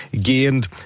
gained